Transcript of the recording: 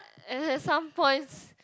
and at some points